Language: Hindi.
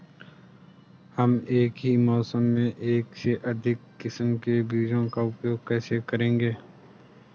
हम एक ही मौसम में एक से अधिक किस्म के बीजों का उपयोग कैसे करेंगे?